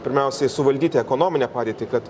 pirmiausiai suvaldyti ekonominę padėtį kad